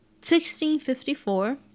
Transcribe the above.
1654